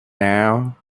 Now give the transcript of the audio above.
now